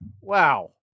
Wow